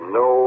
no